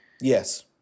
Yes